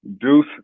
deuce